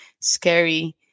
scary